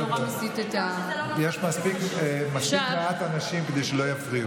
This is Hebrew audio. זה נורא מסיט את, מספיק מעט אנשים כדי שלא יפריעו.